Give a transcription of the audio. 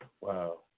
Wow